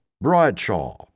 Bradshaw